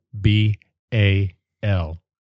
B-A-L